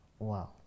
Wow